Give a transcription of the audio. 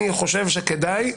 אני חושב שכדאי.